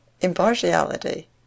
Impartiality